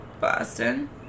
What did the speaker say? Boston